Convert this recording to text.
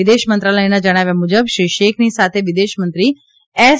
વિદેશ મંત્રાલયના જણાવ્યા મુજબ શ્રી શેખની સાથે વિદેશ મંત્રી એસ